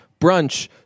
brunch